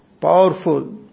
powerful